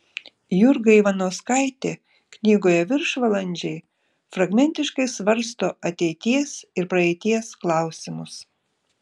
jurga ivanauskaitė knygoje viršvalandžiai fragmentiškai svarsto ateities ir praeities klausimus